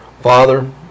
father